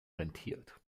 rentiert